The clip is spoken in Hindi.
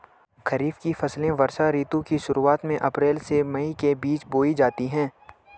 खरीफ की फसलें वर्षा ऋतु की शुरुआत में अप्रैल से मई के बीच बोई जाती हैं